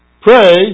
Pray